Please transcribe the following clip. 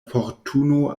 fortuno